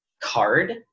card